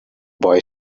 boy